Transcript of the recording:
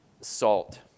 salt